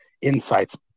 insights